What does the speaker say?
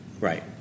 right